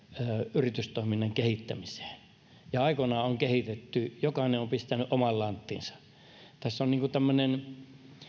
yritystoiminnan kehittämiseen ja aikoinaan on kehitetty jokainen on pistänyt oman lanttinsa tässä on niin kuin tämmöinen